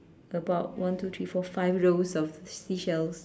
about one two three four five rows of seashells